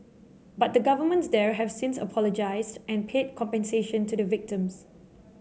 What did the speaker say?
but the governments there have since apologised and paid compensation to the victims